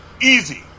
Easy